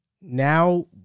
Now